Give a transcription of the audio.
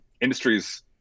industries